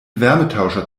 wärmetauscher